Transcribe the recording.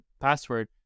password